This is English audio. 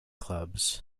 clubs